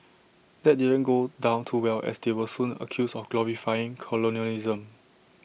that didn't go down too well as they were soon accused of glorifying colonialism